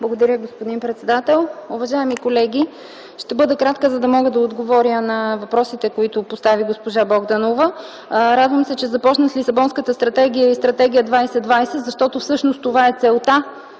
Благодаря, господин председател. Уважаеми колеги, аз ще бъда кратка, за да мога да отговоря на въпросите, които постави госпожа Богданова. Радвам се, че започна с Лисабонската стратегия и Стратегия 2020, защото всъщност това е целта,